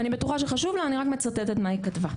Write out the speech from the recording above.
אני בטוחה שחשוב לה, אני רק מצטטת מה היא כתבה.